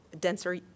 denser